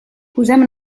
posem